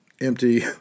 Empty